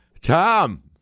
Tom